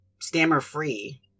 stammer-free